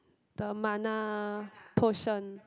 the mana potion